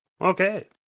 Okay